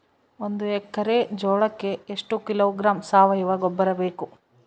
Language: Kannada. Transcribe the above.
ಒಂದು ಎಕ್ಕರೆ ಜೋಳಕ್ಕೆ ಎಷ್ಟು ಕಿಲೋಗ್ರಾಂ ಸಾವಯುವ ಗೊಬ್ಬರ ಬೇಕು?